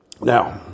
Now